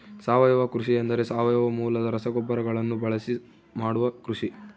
ಸಾವಯವ ಕೃಷಿ ಎಂದರೆ ಸಾವಯವ ಮೂಲದ ರಸಗೊಬ್ಬರಗಳನ್ನು ಬಳಸಿ ಮಾಡುವ ಕೃಷಿ